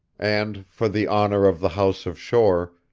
and for the honor of the house of shore,